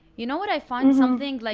you know what, i found something, like